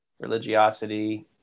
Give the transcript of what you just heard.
religiosity